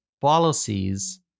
policies